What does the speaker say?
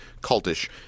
cultish